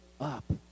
up